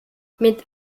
mit